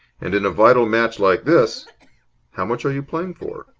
and in a vital match like this how much are you playing for?